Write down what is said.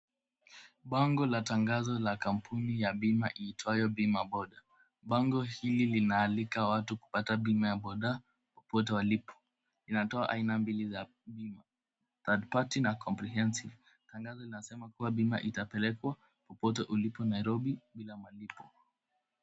Bango la tangazo la kampuni ya bima, iitwayo Bima Boda. Bango hili linaalika watu kupata bima ya boda popote walipo. Inatoa aina mbili ya bima, third party na comprehensive . Tangazo inasema kuwa bima itapelekwa popote ulipo Nairobi, bila malipo.